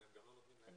אני